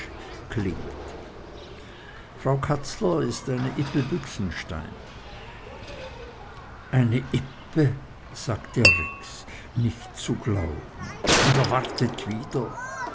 klingt frau katzler ist eine ippe büchsenstein eine ippe sagte rex nicht zu glauben und erwartet wieder